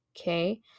Okay